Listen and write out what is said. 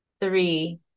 three